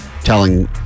telling